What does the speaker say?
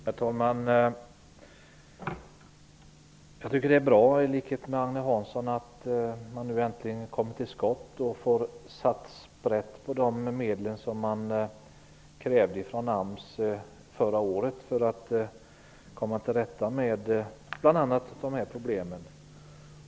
Herr talman! I likhet med Agne Hansson tycker jag att det är bra att man nu äntligen har kommit till skott och sätter sprätt på medlen, som AMS krävde förra året, för att komma till rätta med bl.a. dessa problem.